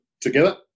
together